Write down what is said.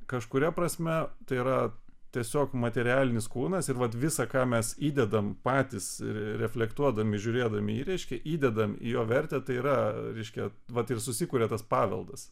kažkuria prasme tai yra tiesiog materialinis kūnas ir vat visa ką mes įdedame patys reflektuodami žiūrėdami į jį reiškia įdedam į jo vertę tai yra reiškia vat ir susikuria tas paveldas